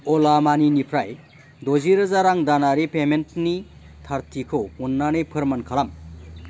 अला मानिनिफ्राय द'जिरोजा रां दानारि पेमेन्टनि थारथिखौ अन्नानै फोरमान खालाम